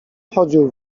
chodził